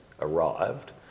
arrived